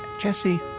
Jesse